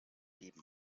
leben